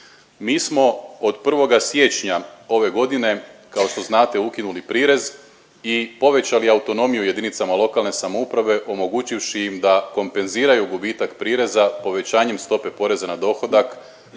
Mi smo od 1. siječnja ove godine, kao što znate ukinuli prirez i povećali autonomiju jedinicama lokalne samouprave omogućivši im da kompenziraju gubitak prireza povećanjem stope poreza na dohodak